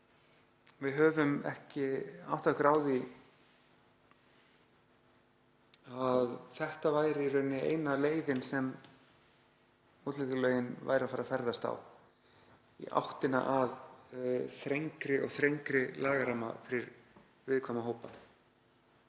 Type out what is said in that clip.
við höfum ekki áttað okkur á því að þetta væri í rauninni eina leiðin sem lögin væru að fara að ferðast á, í áttina að þrengri og þrengri lagaramma fyrir viðkvæma hópa.